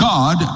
God